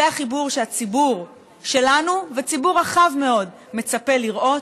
זה החיבור שהציבור שלנו וציבור רחב מאוד מצפה לראות.